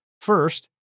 First